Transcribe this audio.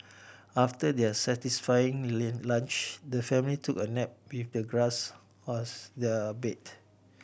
after their satisfying lunch the family took a nap with the grass as their bed